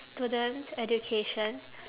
students education